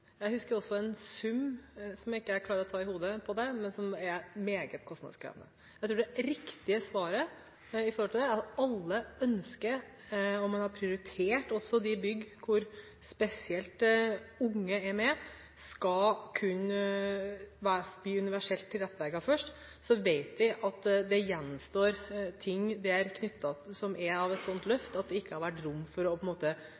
Jeg husker også en sum på det – jeg klarer ikke å ta den i hodet – som er meget kostnadskrevende. Jeg tror det riktige svaret er at alle ønsker det, og man har også prioritert at de bygg hvor spesielt unge er med, skal kunne bli universelt tilrettelagt først. Vi vet at det gjenstår ting der som er et sånt løft at det ikke har vært rom for å få det